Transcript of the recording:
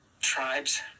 tribes